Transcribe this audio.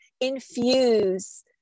infuse